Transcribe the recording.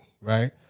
right